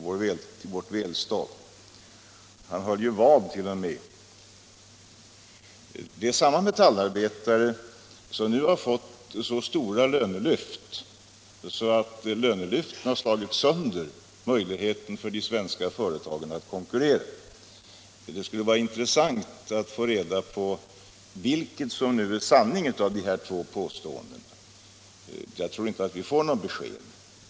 Herr Bohmans slog ju t.o.m. vad. Det är samme metallarbetare som nu har fått så stora lönelyft att de gjort det omöjligt för de svenska företagen att konkurrera. Det skulle vara intressant att få reda på vilket som nu är sanning av de här två påståendena. Jag tror inte att vi får något besked.